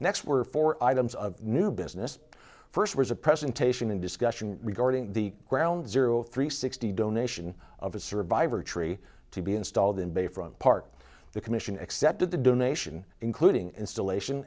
next were four items of new business first was a presentation and discussion regarding the ground zero three sixty donation of a survivor tree to be installed in bay front park the commission accepted the donation including installation